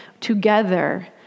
together